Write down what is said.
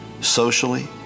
socially